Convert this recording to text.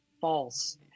false